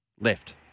left